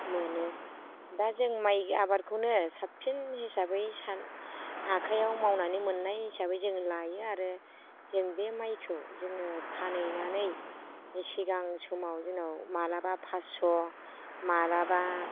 मोनो दा जों माइ आबादखौनो साबसिन हिसाबै आखाइयाव मावनानै मोननाय हिसाबै जों लायो आरो जों बे माइखौ जोङो फानहैनानै सिगां समाव जोंनाव माब्लाबा फासस' माब्लाबा